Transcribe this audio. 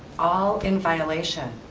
all in violation.